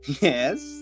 Yes